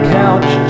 couch